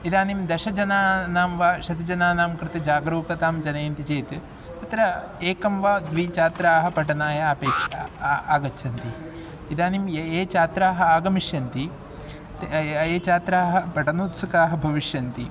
इदानीं दशजनानां वा शतानां कृते जागरूकतां जनयन्ति चेत् तत्र एकं वा द्वि छात्राः पठनाय अपेक्षते आगच्छन्ति इदानीं ये ये चात्राः आगमिष्यन्ति ते ये छात्राः पठनोत्सुकाः भविष्यन्ति